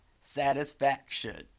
satisfaction